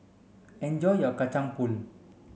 enjoy your Kacang Pool